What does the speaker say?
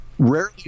Rarely